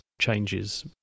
Changes